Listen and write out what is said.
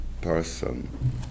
person